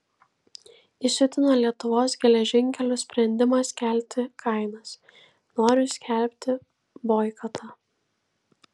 įsiutino lietuvos geležinkelių sprendimas kelti kainas noriu skelbti boikotą